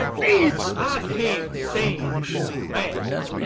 ah ah can't stand dramatics.